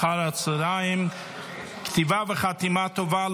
16:00. כתיבה וחתימה טובה